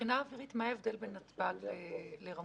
מה ההבדל בין נתב"ג לרמון?